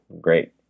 great